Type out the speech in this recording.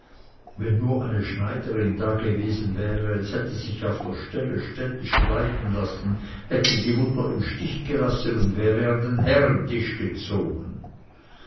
wenn nur eine schneiderin dagewesen wäre es hätte sich auf der stelle städtisch kleiden lassen hätte die mutter im stich gelassen und wäre an den herrentisch gezogen